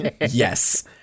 Yes